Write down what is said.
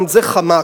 גם זה חמק,